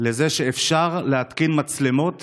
שאפשר להתקין מצלמות